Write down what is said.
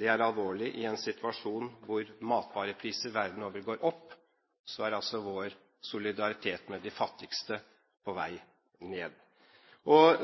Det er alvorlig. I en situasjon hvor matvarepriser verden over går opp, så er altså vår solidaritet med de fattigste på vei ned.